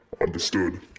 Understood